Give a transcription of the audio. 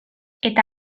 eta